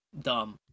dumb